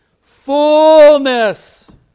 fullness